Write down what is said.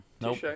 Nope